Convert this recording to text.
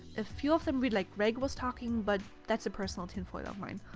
a few of them read like greg was talking but that's a personal tinfoil of mine.